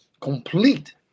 complete